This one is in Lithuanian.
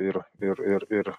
ir ir ir ir